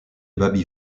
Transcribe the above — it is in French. baby